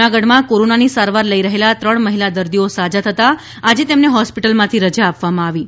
જૂનાગઢમાં કોરોનાની સારવાર લઇ રહેલા ત્રણ મહિલા દર્દીઓ સાજા થતાં આજે તેમને હોસ્પિટલમાંથી રજા આપવામાં આવી છે